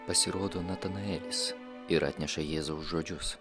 pasirodo natanaelis ir atneša jėzaus žodžius